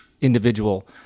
individual